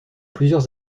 plusieurs